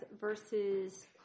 versus